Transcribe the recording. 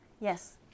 Yes